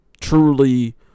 Truly